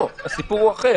לא, הסיפור הוא אחר.